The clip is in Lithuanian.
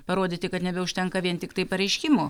parodyti kad nebeužtenka vien tiktai pareiškimų